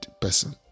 person